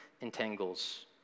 entangles